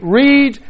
read